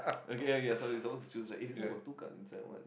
okay okay sorry you supposed to choose right eh this one got two cards inside what